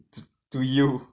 to to you